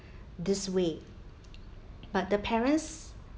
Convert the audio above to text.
this way but the parents